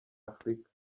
afurika